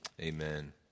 amen